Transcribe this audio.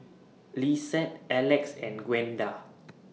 Lissette Elex and Gwenda